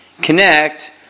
connect